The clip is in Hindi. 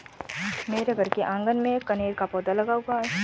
मेरे घर के आँगन में कनेर का पौधा लगा हुआ है